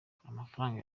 amafaranga